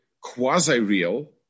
quasi-real